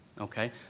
Okay